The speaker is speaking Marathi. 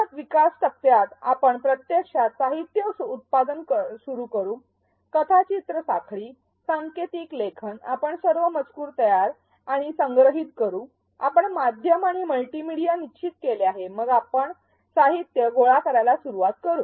च्या विकास टप्प्यात आपण प्रत्यक्षात साहित्य उत्पादन सुरू करू कथाचित्र साखळी सांकेतिक लेखन आपण सर्व मजकूर तयार आणि संग्रहित करू आपण माध्यम आणि मल्टीमीडिया निश्चित केले आहे मग आपण साहित्य गोळा करण्यास सुरवात करू